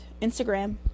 instagram